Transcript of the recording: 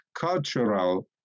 cultural